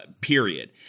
period